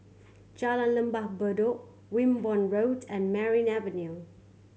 Jalan Lembah Bedok Wimborne Road and Merryn Avenue